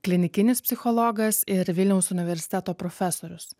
klinikinis psichologas ir vilniaus universiteto profesorius